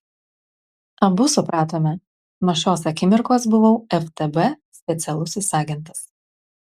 abu supratome nuo šios akimirkos buvau ftb specialusis agentas